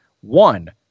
One